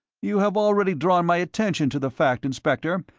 you have already drawn my attention to the fact, inspector,